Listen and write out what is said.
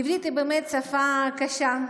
עברית היא באמת שפה קשה.